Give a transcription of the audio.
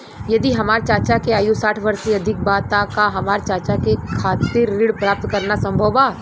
यदि हमार चाचा के आयु साठ वर्ष से अधिक बा त का हमार चाचा के खातिर ऋण प्राप्त करना संभव बा?